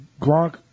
Gronk